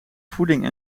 voeding